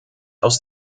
aus